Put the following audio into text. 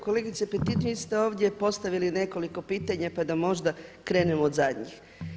Kolegice Petin, vi ste ovdje postavili nekoliko pitanja pa da možda krenem od zadnjih.